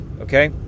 okay